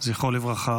רפי אדרי זכרו לברכה,.